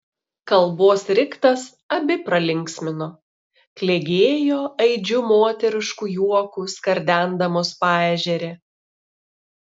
kalbos riktas abi pralinksmino klegėjo aidžiu moterišku juoku skardendamos paežerę